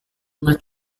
una